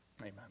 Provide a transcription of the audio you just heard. amen